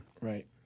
Right